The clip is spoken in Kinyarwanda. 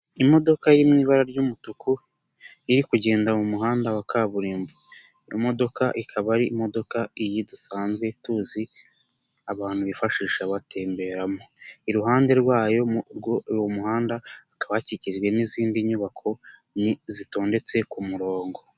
Imodoka iri mu ibara ry'umutuku iri kugenda mu muhanda wa kaburimbo iyo modoka ikaba ari imodoka iyi dusanzwe tuzi abantu bifashisha batemberamo iruhande rwayo mu muhanda haka hakikijwe n'izindi nyubako zitondetse ku murongo.